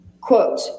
quote